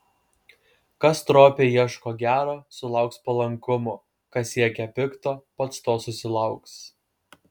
kas stropiai ieško gera sulauks palankumo kas siekia pikto pats to susilauks